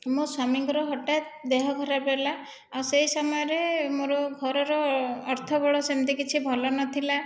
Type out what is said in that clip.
ମୋ' ସ୍ଵାମୀଙ୍କର ହଠାତ୍ ଦେହ ଖରାପ ହେଲା ଆଉ ସେହି ସମୟରେ ମୋର ଘରର ଅର୍ଥବଳ ସେମିତି କିଛି ଭଲ ନଥିଲା